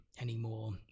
anymore